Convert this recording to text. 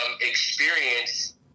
experience